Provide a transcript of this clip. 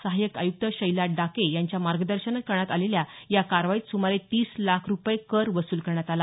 सहायक आयुक्त शैला डाके यांच्या मार्गदर्शनात करण्यात आलेल्या या कारवाईत सुमारे तीस लाख रुपये कर वसूल करण्यात आला